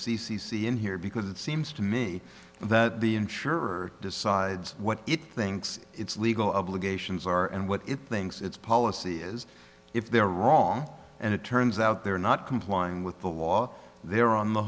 the c c in here because it seems to me that the insurer decides what it thinks its legal obligations are and what it thinks its policy is if they're wrong and it turns out they're not complying with the law they're on the